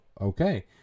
okay